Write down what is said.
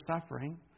suffering